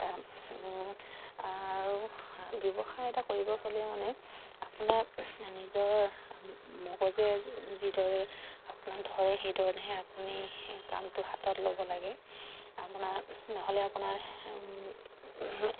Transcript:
আৰু ব্যৱসায় এটা কৰিব গ'লে মানে আপোনাৰ নিজৰ মগজে যিদৰে ধৰে সেইধৰণেহে আপুনি কামটো হাতত ল'ব লাগে আপোনাৰ নহ'লে আপোনাৰ